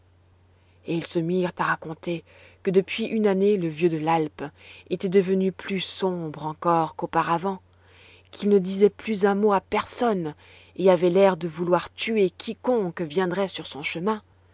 et ils se mirent à raconter que depuis une année le vieux de l'alpe était devenu plus sombre encore qu'auparavant qu'il ne disait plus un mot à personne et avait l'air de vouloir tuer quiconque viendrait sur son chemin